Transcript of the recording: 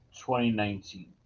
2019